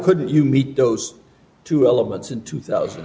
couldn't you meet those two elements in two thousand